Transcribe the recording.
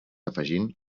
afegint